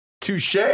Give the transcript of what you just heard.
Touche